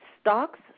stocks